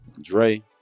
Dre